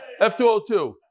F202